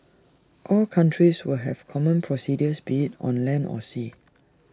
all countries will have common procedures be IT on land or sea